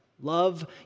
Love